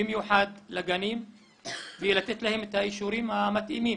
במיוחד לגנים ולתת להם את האישורים המתאימים,